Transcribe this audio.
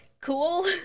cool